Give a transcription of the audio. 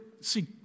See